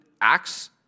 acts